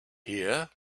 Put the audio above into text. here